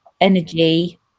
energy